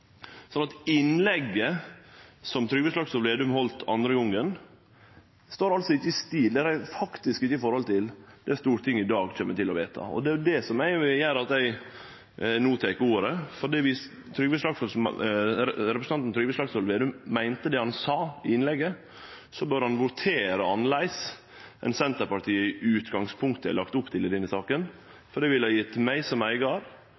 Innlegget som Trygve Slagsvold Vedum heldt andre gongen, står reint faktisk ikkje i forhold til det Stortinget i dag kjem til å vedta. Det er det som gjer at eg no tek ordet, for viss representanten Trygve Slagsvold Vedum meinte det han sa i innlegget, bør han votere annleis enn Senterpartiet i utgangspunktet har lagt opp til i denne saka. Det ville gjeve meg som eigar,